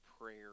prayer